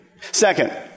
Second